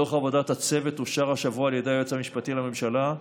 דוח עבודת הצוות אושר השבוע על ידי היועץ המשפטי לממשלה,